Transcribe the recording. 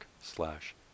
slash